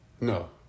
No